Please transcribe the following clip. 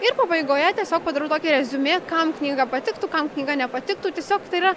ir pabaigoje tiesiog padarau tokį reziumė kam knyga patiktų kam knyga nepatiktų tiesiog tai yra